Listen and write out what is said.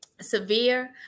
severe